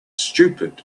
stupid